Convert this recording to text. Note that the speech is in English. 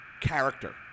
character